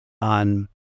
on